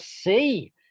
see